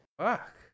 fuck